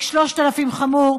תיק 3000 הוא חמור,